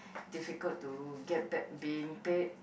difficult to get bet being paid